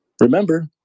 remember